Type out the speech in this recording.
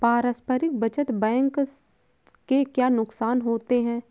पारस्परिक बचत बैंक के क्या नुकसान होते हैं?